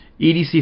EDC